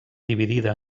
dividida